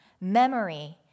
memory